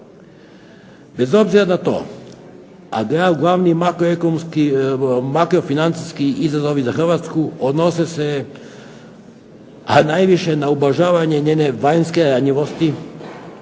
Bez obzira na to, a ... makroekonomski, makrofinancijski izazovi za Hrvatsku odnose se najviše na ublažavanje njene vanjske ranjivosti,